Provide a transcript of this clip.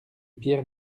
pierre